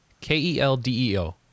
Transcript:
K-E-L-D-E-O